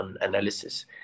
analysis